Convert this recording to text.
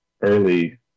early